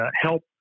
help